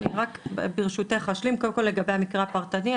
אני רק קודם כל ברשותך אשלים לגבי המקרה הפרטני.